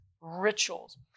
rituals